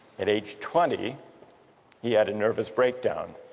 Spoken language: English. at age twenty he had a nervous breakdown